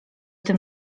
tym